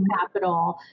capital